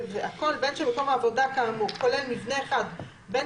"והכול בין שמקום העבודה כאמור כולל מבנה אחד ובין